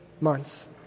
months